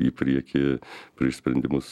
į priekį prieš sprendimus